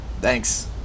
Thanks